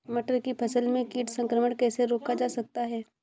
मटर की फसल में कीट संक्रमण कैसे रोका जा सकता है?